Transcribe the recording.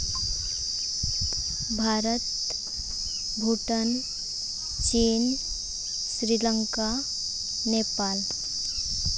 ᱵᱷᱟᱨᱚᱛ ᱵᱷᱩᱴᱟᱱ ᱪᱤᱱ ᱥᱨᱤᱞᱚᱝᱠᱟ ᱱᱮᱯᱟᱞ